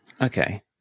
okay